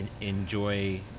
enjoy